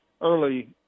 early